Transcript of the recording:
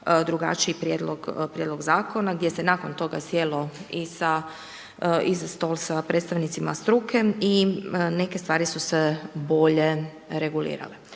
drugačiji prijedlog zakona gdje se nakon toga sijelo i za stol sa predstavnicima struke i neke stvari su se bolje reguliraju.